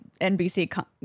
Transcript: NBC